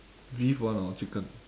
beef [one] or chicken